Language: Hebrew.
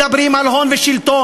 מדברים על הון ושלטון,